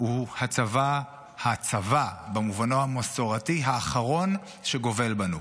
הוא הצבא, הצבא במובנו המסורתי, האחרון שגובל בנו.